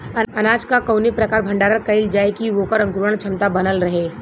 अनाज क कवने प्रकार भण्डारण कइल जाय कि वोकर अंकुरण क्षमता बनल रहे?